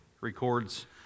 records